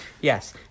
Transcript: Yes